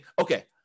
okay